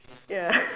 ya